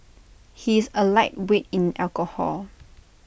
he is A lightweight in alcohol